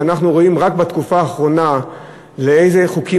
כשאנחנו רואים רק בתקופה האחרונה באיזה חוקים